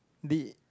the